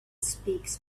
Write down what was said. speaks